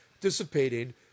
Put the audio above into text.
dissipating